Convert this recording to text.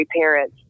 parents